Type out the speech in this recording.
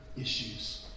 issues